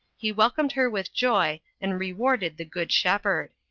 he welcomed her with joy, and rewarded the good shepherd.